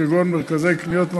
כגון מרכזי קניות,